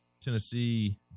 Tennessee